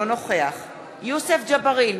אינו נוכח יוסף ג'בארין,